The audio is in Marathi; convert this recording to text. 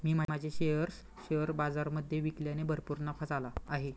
मी माझे शेअर्स शेअर मार्केटमधे विकल्याने भरपूर नफा झाला आहे